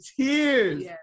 tears